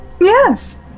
Yes